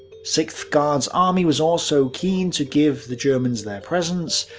sixth guards army was also keen to give the germans their presents,